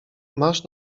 masz